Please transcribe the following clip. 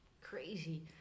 crazy